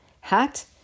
hat